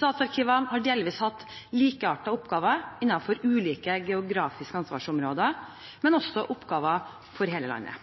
har delvis hatt likeartede oppgaver innenfor ulike geografiske ansvarsområder, men også oppgaver for hele landet.